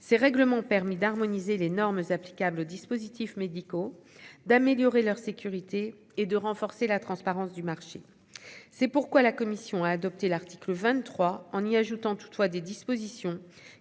ces règlements permis d'harmoniser les normes applicables dispositifs médicaux d'améliorer leur sécurité et de renforcer la transparence du marché. C'est pourquoi la commission a adopté l'article 23 en y ajoutant toutefois des dispositions